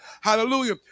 hallelujah